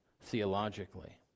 theologically